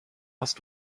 hast